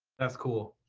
that's cool.